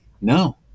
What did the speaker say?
no